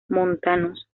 montanos